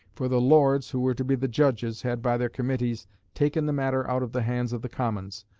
for the lords, who were to be the judges, had by their committees taken the matter out of the hands of the commons,